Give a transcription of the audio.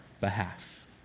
behalf